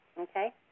okay